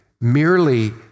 merely